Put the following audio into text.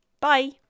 Bye